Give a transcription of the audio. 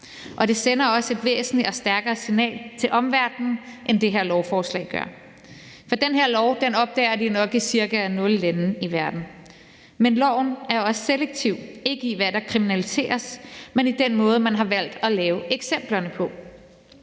og det sender også et væsentligere og stærkere signal til omverdenen, end det her lovforslag gør. For den her lov opdager de nok i cirka nul lande i verden, men lovforslaget er også selektivt, ikke i forhold til hvad der kriminaliseres, men i forhold til den måde, man har valgt at lave eksempler på.